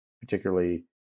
particularly